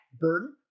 burden